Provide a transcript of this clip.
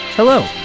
Hello